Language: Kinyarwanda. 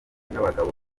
n’abagabo